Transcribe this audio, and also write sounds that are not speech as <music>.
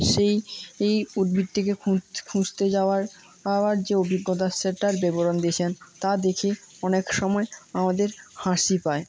সেই উদ্ভিদটিকে খুঁজতে যাওয়ার <unintelligible> যে অভিজ্ঞতা সেটার বেবরণ দিয়েছেন তা দেখে অনেক সময় আমাদের হাসি পায়